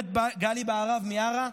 גב' גלי בהרב מיארה.